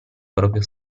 proprio